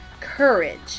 courage